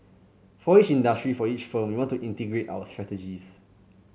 for each industry for each firm we want to integrate our strategies